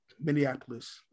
Minneapolis